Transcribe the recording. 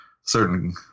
certain